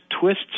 twists